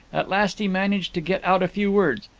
at last he managed to get out a few words.